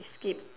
skip